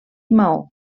maó